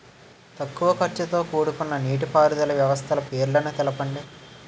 తక్కువ ఖర్చుతో కూడుకున్న నీటిపారుదల వ్యవస్థల పేర్లను తెలపండి?